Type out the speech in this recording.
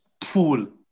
pool